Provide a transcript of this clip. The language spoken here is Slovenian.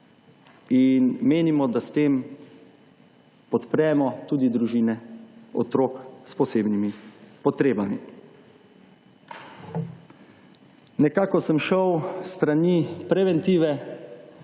In menimo, da s tem podpremo tudi družine otrok s posebnimi potrebami. Nekako sem šel s strani preventive.